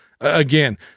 again